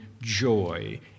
joy